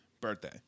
birthday